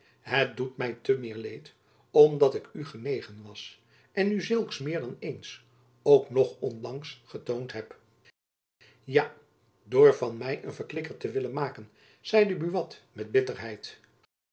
het doet my te meer leed om dat ik u genegen was en u zulks meer dan eens ook nog onlangs getoond heb ja door van my een verklikker te willen maken zeide buat met bitterheid